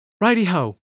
Righty-ho